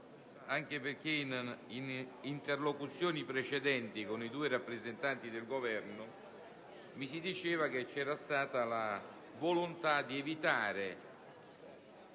momento che in interlocuzioni precedenti con i due rappresentanti del Governo mi si diceva che c'era stata la volontà di evitare